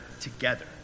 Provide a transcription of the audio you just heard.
together